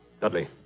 Dudley